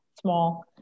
small